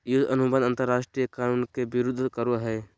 युद्ध अनुबंध अंतरराष्ट्रीय कानून के विरूद्ध करो हइ